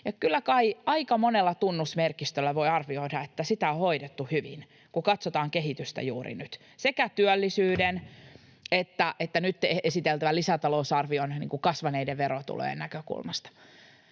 Kyllä kai aika monella tunnusmerkistöllä voi arvioida, että sitä on hoidettu hyvin, kun katsotaan kehitystä juuri nyt sekä työllisyyden että nyt esiteltävän lisätalousarvion kasvaneiden verotulojen näkökulmasta.